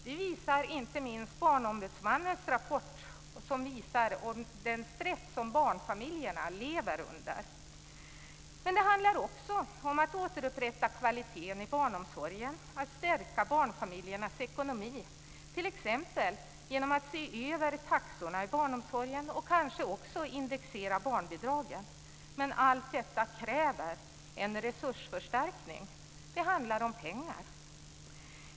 Det visar inte minst Barnombudsmannens rapport. Av den framgår den stress som barnfamiljerna lever under. Men det handlar också om att återupprätta kvaliteten i barnomsorgen och om att stärka barnfamiljernas ekonomi, t.ex. genom att se över taxorna i barnomsorgen och kanske också indexera barnbidragen. Men allt detta kräver en resursförstärkning. Det handlar om pengar.